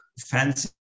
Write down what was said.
fancy